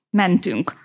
mentünk